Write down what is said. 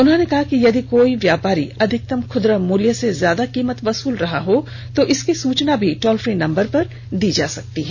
उन्होंने कहा कि यदि कोई व्यापारी अधिकतम खुदरा मूल्य से ज्यादा कीमत वसूल रहा हो तो इसकी सूचना भी टॉल फ्री नंबर पर दी जा सकती है